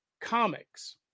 Comics